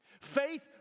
Faith